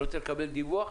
אני רוצה לקבל דיווח.